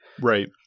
Right